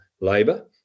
Labour